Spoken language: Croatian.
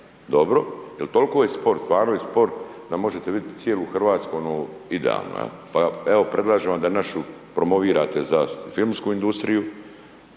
dobro jer toliko je spor, stvarno je spor da možete vidjeti cijelu Hrvatsku ono idealno, pa evo predlažem vam da našu promovirate za filmsku industriju,